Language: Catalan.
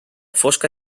fosca